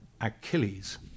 Achilles